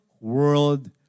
world